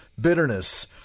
bitterness